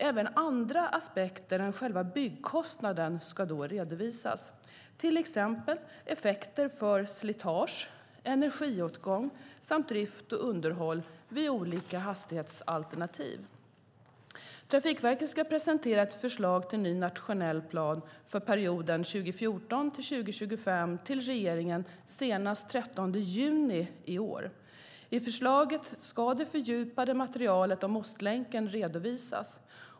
Även andra aspekter än själva byggkostnaden ska då redovisas, till exempel effekter för slitage, energiåtgång samt drift och underhåll vid olika hastighetsalternativ. Trafikverket ska presentera ett förslag till ny nationell plan för perioden 2014-2025 till regeringen senast den 13 juni i år. I förslaget ska det fördjupade materialet om Ostlänken redovisas.